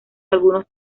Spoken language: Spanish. algunos